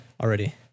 already